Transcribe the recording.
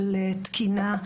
של תקינה,